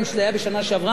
כשזה היה בשנה שעברה,